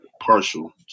partial